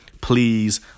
Please